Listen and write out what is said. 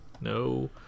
No